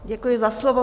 Děkuji za slovo.